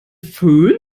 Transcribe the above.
fön